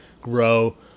grow